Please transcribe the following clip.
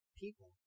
people